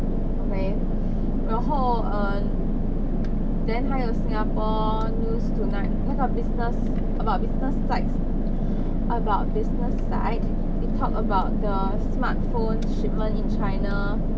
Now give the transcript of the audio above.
okay 然后 err then 还有 singapore news tonight 那个 business about business sides about business side we talk about the smartphone shipments in china